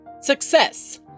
Success